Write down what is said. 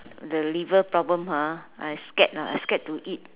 the liver problem ha I scared ah I scared to eat